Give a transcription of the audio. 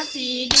ah the